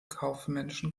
kaufmännischen